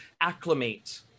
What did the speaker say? acclimate